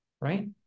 right